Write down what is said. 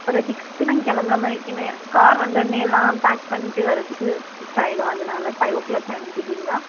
ஒரு சிக்ஸ்க்கு கிளம்புற மாதிரி இருக்குது கார் வந்தோவுனே எல்லாம் பேக் பண்ணிவிட்டு வரத்துக்கு சிக்ஸாகிடும் அதனால ஃபை வோ கிளாக்கெலாம் அனுப்பிவிடுறிங்களா